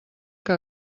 que